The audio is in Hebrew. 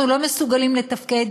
אנחנו לא מסוגלים לתפקד,